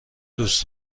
دوست